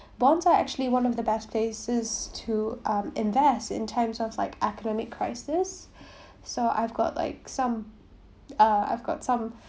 bonds are actually one of the best places to um invest in terms of like economic crisis so I've got like some uh I've got some